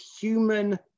human